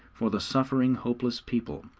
for the suffering, hopeless people.